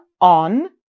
on